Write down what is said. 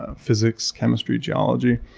ah physics, chemistry, geology,